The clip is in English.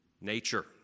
nature